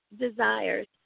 desires